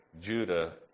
Judah